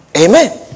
Amen